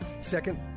Second